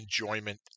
enjoyment